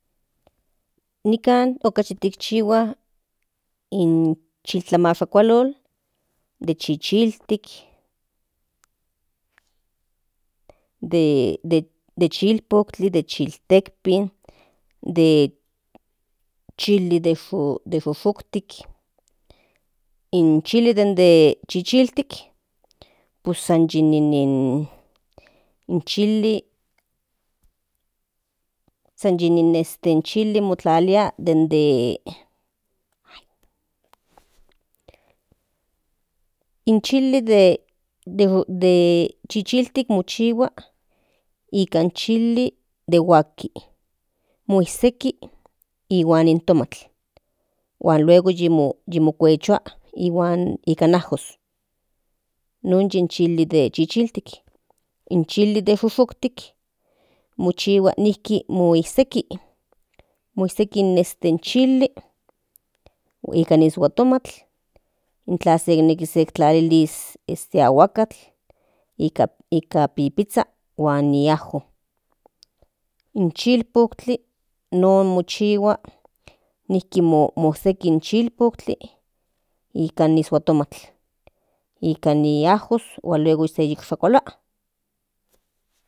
Nikan okachi tikchihua in chiltlamashkualotl de chichiltik chilpotli de chiltekpin chili de shushuktik in chili de chichiltik mochihua nikan chili de huastli moesseki nihuan tomatl huan luego mokuechua nikan ajos non yin chili de chichiltik in chili de shushuktik mochihua nijki moesseki in chili nikan in ishuatomatl tlazeknekis tlalilis aguakatl nikan pipiza huan ni ajo in chilpotli mochihua nijki moesseki in chilpotli nikan in ishuatomatl nikan ni ajos huan luego se shokolua.